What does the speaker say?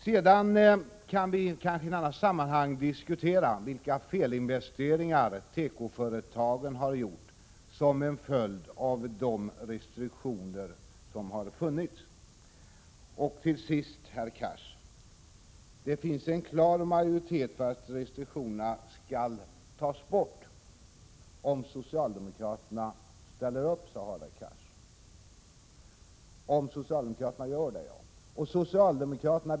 Sedan kan vi kanske i annat sammanhang diskutera vilka felinvesteringar tekoföretagen har gjort som en följd av de restriktioner som har funnits. Till sist sade Hadar Cars att det finns en klar majoritet för att restriktionerna skall tas bort, om socialdemokraterna ställer upp. Om socialdemokraterna gör det, ja.